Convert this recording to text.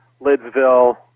Lidsville